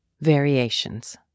Variations